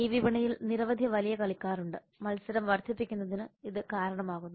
ഈ വിപണിയിൽ നിരവധി വലിയ കളിക്കാർ ഉണ്ട് മത്സരം വർദ്ധിപ്പിക്കുന്നതിന് ഇത് കാരണമാകുന്നു